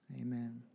amen